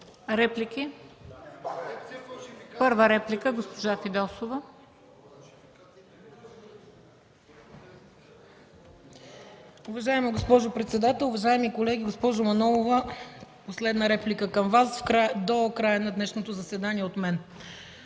Реплики? Първа реплика – госпожа Фидосова. ДОКЛАДЧИК ИСКРА ФИДОСОВА: Уважаема госпожо председател, уважаеми колеги! Госпожо Манолова, последна реплика към Вас до края на днешното заседание от мен.